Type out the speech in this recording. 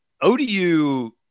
ODU